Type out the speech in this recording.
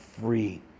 free